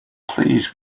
please